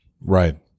right